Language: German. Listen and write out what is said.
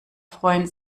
freuen